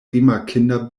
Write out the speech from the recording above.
rimarkinda